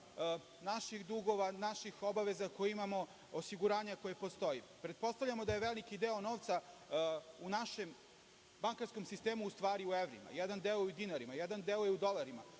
naših dugova, naših obaveza koje imamo, osiguranja koje postoji. Pretpostavljamo, da je veliki deo novca u našem bankarskom sistemu, ustvari, u evrima. Jedan deo i u dinarima, jedan deo je u dolarima.